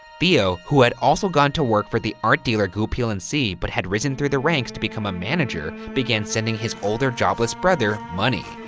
theo, who had also gone to work for the art dealer goupil and cie, but had risen through the ranks to become a manager, began sending his older, jobless brother money.